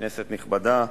כנסת נכבדה,